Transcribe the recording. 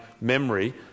memory